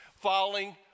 falling